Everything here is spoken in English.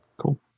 Cool